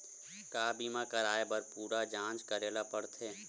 का बीमा कराए बर पूरा जांच करेला पड़थे?